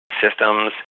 systems